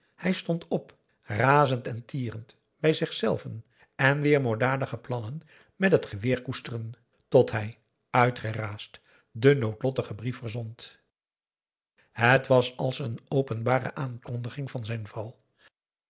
hij stond op razend en tierend bij zichzelven en weer moorddadige plannen met het geweer koesterend tot hij uitgeraasd den noodlottigen brief verzond het was als een openbare aankondiging van zijn